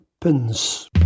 Pins